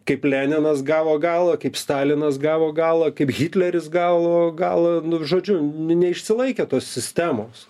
kaip leninas gavo galą kaip stalinas gavo galą kaip hitleris gal gal žodžiu neišsilaikė tos sistemos